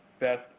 Best